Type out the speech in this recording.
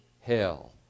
hell